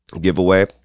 giveaway